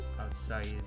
outside